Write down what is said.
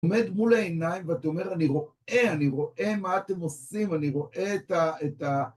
עומד מול העיניים, ואתה אומר, אני רואה, אני רואה מה אתם עושים, אני רואה את ה...